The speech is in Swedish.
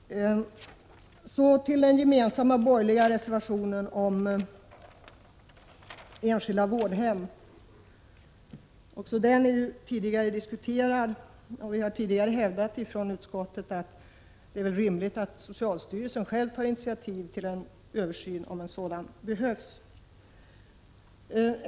I den gemensamma borgerliga reservationen 6 tar man upp enskilda vårdhem. Detta har tidigare diskuterats, och vi har från utskottet tidigare hävdat att det är rimligt att socialstyrelsen själv tar initiativ till en översyn, om en sådan behövs.